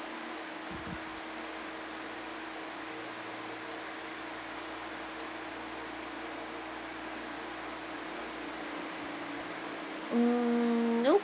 mm nope